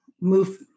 move